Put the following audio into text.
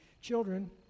Children